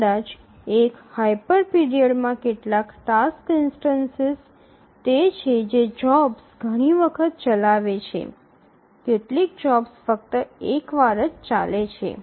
કદાચ એક હાયપર પિરિયડમાં કેટલાક ટાસક્સ ઇન્સ્ટનસિસ તે છે જે જોબ્સ ઘણી વખત ચલાવે છે કેટલીક જોબ્સ ફક્ત એક વાર જ ચાલે છે